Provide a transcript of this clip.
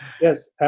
Yes